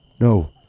No